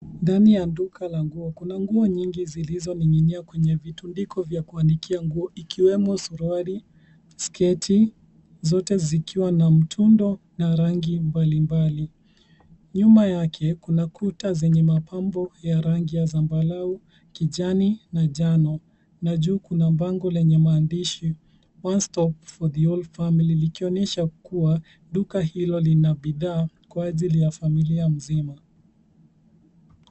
Ndani ya duka la nguo. Kuna nguo nyingi zilizoning'inia kwenye vitundiko vya kuanikia nguo ikiwemo suruali, sketi, zote zikiwa na mtindo na rangi mbalimbali. Nyuma yake kuna kuta zenye mapambo ya rangi ya zambarau, kijani na njano na juu kuna bango lenye maandishi one stop for the whole family likionyesha kuwa duka hilo lina bidhaa kwa ajili ya familia mzima